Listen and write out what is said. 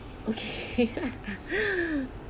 okay